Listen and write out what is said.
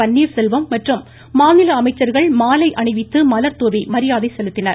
பன்னீர்செல்வம் மற்றும் மாநில அமைச்சர்கள் மாலை அணிவித்து மலர்தூவி மரியாதை செலுத்தினர்